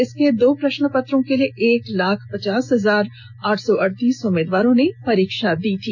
इसके दो प्रश्नपत्रों के लिए एक लाख पचास हजार आठ सौ अड़तीस उम्मीदवारों ने परीक्षा दी थी